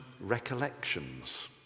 recollections